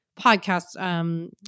podcast